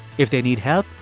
if they need help,